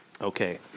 Okay